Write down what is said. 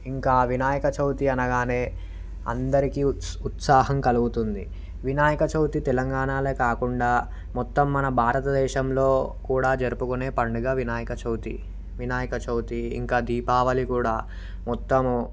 ఇంకా వినాయక చవితి అనగానే అందరికీ ఉత్సాహం కలుగుతుంది వినాయక చవితి తెలంగాణాలోనే కాకుండా మొత్తం మన భారతదేశంలో కూడా జరుపుకునే పండుగ వినాయక చవితి వినాయక చవితి ఇంకా దీపావళి కూడా మొత్తము